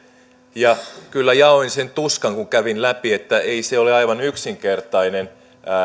ja kyllä jaoin sen tuskan kun kävin läpi että ei ole aivan yksinkertainen